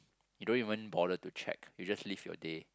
you don't even bother to check you just live your day